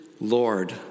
Lord